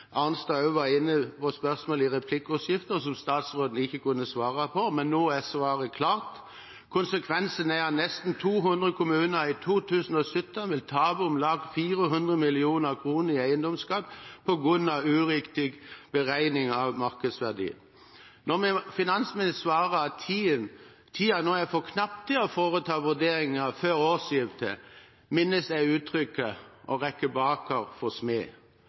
Arnstad også var inne på i et spørsmål i replikkordskiftet, og som statsråden ikke kunne svare på. Men nå er svaret klart. Konsekvensen er at nesten 200 kommuner i 2017 vil tape om lag 400 mill. kr i eiendomsskatt på grunn av uriktig beregning av markedsverdien. Når finansministeren svarer at tida nå er for knapp til å foreta vurdering før årsskiftet, minnes jeg uttrykket «å rette baker for